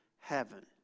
heaven